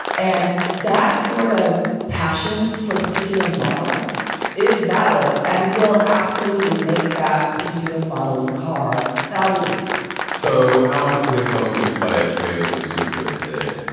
and that sort of passion for a particular model is valid and will absolutely make that particular model of car valuable so how much would it cost me to buy a toyota supra today?